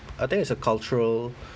I think it's a cultural